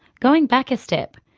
going back a step,